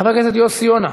חבר הכנסת יוסי יונה,